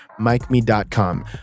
MikeMe.com